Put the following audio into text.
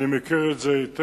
אני מכיר את זה היטב,